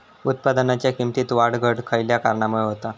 उत्पादनाच्या किमतीत वाढ घट खयल्या कारणामुळे होता?